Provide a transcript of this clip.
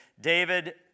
David